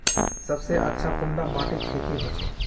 सबसे अच्छा कुंडा माटित खेती होचे?